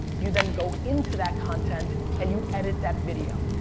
you then go into that content and you edit that video.